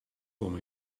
kom